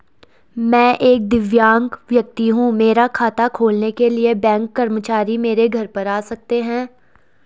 मैं एक दिव्यांग व्यक्ति हूँ मेरा खाता खोलने के लिए बैंक कर्मचारी मेरे घर पर आ सकते हैं?